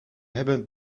hebben